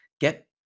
Get